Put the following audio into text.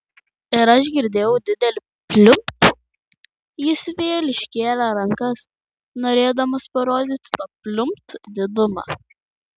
ir aš girdėjau didelį pliumpt jis vėl iškėlė rankas norėdamas parodyti to pliumpt didumą